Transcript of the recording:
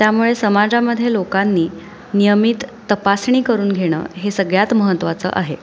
त्यामुळे समाजामध्ये लोकांनी नियमित तपासणी करून घेणं हे सगळ्यात महत्त्वाचं आहे